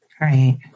Right